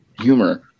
humor